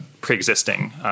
pre-existing